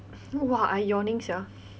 !wah! I yawning sia